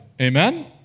Amen